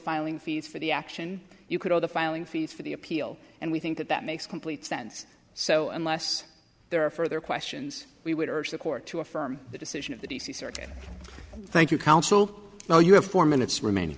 filing fees for the action you could or the filing fees for the appeal and we think that that makes complete sense so unless there are further questions we would urge the court to affirm the decision of the d c circuit thank you counsel now you have four minutes remain